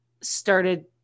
started